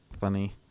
funny